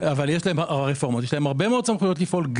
אבל יש להם הרבה מאוד סמכויות לפעול.